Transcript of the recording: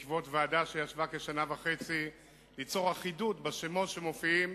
בעקבות ועדה שדנה כשנה וחצי במטרה ליצור אחידות בשמות המופיעים